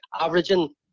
averaging